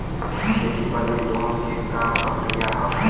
खेती बदे लोन के का प्रक्रिया ह?